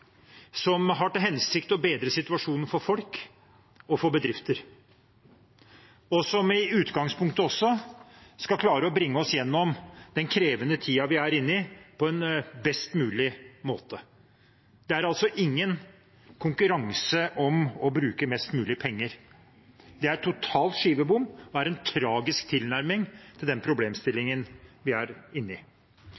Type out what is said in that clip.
som har til hensikt å bedre situasjonen for folk og bedrifter, og som i utgangspunktet også skal klare å bringe oss gjennom den krevende tiden vi er inne i, på en best mulig måte. Det er altså ingen konkurranse om å bruke mest mulig penger. Det er total skivebom og en tragisk tilnærming til den